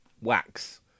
Wax